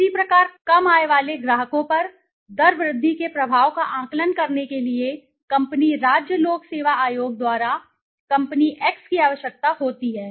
इसी प्रकार कम आय वाले ग्राहकों पर दर वृद्धि के प्रभाव का आकलन करने के लिए कंपनी राज्य लोक सेवा आयोग द्वारा कंपनी X की आवश्यकता होती है